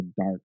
dark